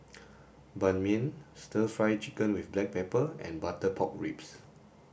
ban mian stir fry chicken with black pepper and butter pork ribs